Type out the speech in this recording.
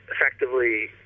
effectively